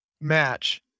match